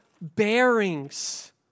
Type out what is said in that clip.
bearings